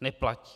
neplatí.